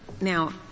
Now